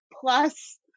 plus